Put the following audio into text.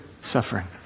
suffering